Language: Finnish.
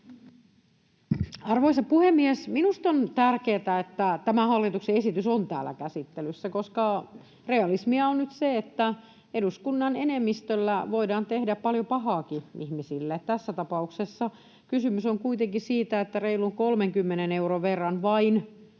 Arvoisa puhemies! Minusta on tärkeätä, että tämä hallituksen esitys on täällä käsittelyssä, koska realismia on nyt se, että eduskunnan enemmistöllä voidaan tehdä paljon pahaakin ihmisille. Tässä tapauksessa kysymys on kuitenkin siitä, että reilun 30 euron verran, vain,